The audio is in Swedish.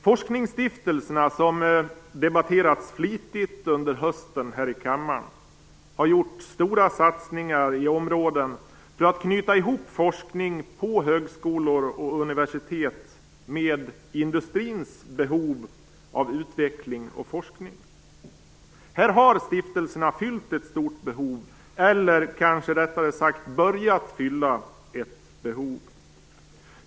Forskningsstiftelserna, som har debatterats flitigt under hösten här i kammaren, har gjort stora satsningar i områden för att knyta ihop forskning på högskolor och universitet med industrins behov av utveckling och forskning. Här har stiftelserna börjat fylla ett stort behov.